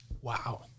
Wow